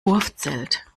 wurfzelt